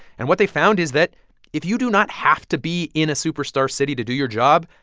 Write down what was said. and what they found is that if you do not have to be in a superstar city to do your job,